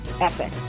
epic